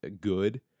good